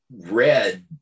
read